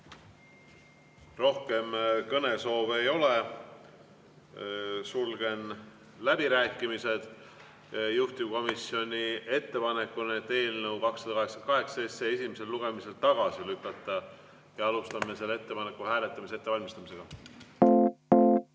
Rohkem kõnesoove ei ole, sulgen läbirääkimised. Juhtivkomisjoni ettepanek on eelnõu 288 esimesel lugemisel tagasi lükata. Alustame selle ettepaneku hääletamise ettevalmistamist.